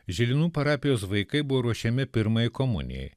žilinų parapijos vaikai buvo ruošiami pirmajai komunijai